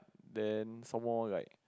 then some more like